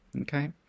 okay